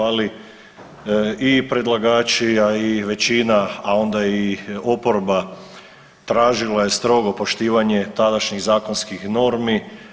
Ali i predlagači a i većina, a onda i oporba tražila je strogo poštivanje tadašnjih zakonskih normi.